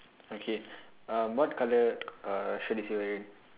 okay um what colour uh shirt is he wearing